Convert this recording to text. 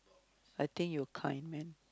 I think you kind man